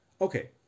Okay